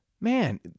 man